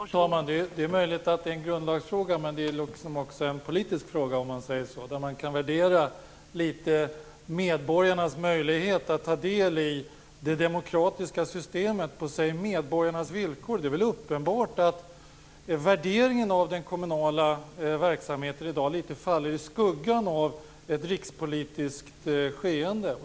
Fru talman! Det är möjligt att det är en grundlagsfråga, men det är också en politisk fråga. Man kan värdera medborgarnas möjlighet att ta del i det demokratiska systemet på medborgarnas villkor. Det är väl uppenbart att värderingen av den kommunala verksamheten i dag något faller i skuggan av ett rikspolitiskt skeende.